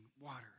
water